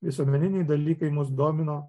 visuomeniniai dalykai mus domino